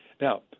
Now